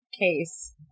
case